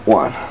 one